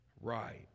right